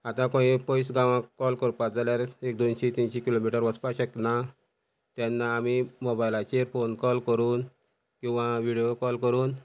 आतां खंयी पयस गांवांक कॉल करपा जाल्यार एक दोनशीं तिनशीं किलोमिटर वचपा शकना तेन्ना आमी मोबायलाचेर फोन कॉल करून किंवां विडियो कॉल करून